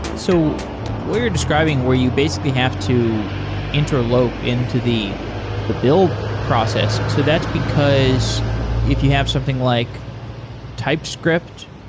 so what you're describing where you basically have to interlope into the the build process. so that's because if you have something like typescript,